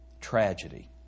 tragedy